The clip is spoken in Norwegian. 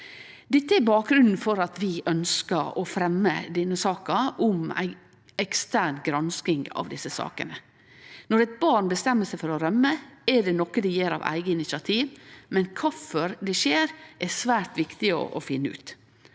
Dette er bakgrunnen for at vi ønskjer å fremje denne saka om ei ekstern gransking av desse sakene. Når eit barn bestemmer seg for å rømme, er det noko dei gjer av eige initiativ, men kvifor det skjer, er svært viktig å finne ut.